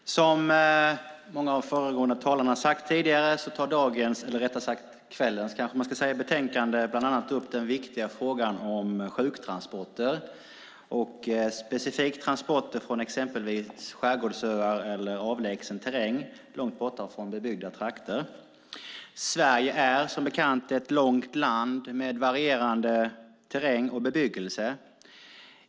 Fru talman! Som många föregående talare har sagt tar dagens eller, rättare sagt, kvällens - så kanske man ska säga - betänkande bland annat upp den viktiga frågan om sjuktransporter och specifikt transporter från exempelvis skärgårdsöar eller avlägsen terräng, långt från bebyggda trakter. Sverige är, som bekant, ett avlångt land med varierande terräng och bebyggelse.